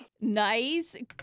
Nice